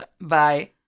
Bye